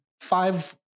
five